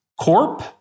corp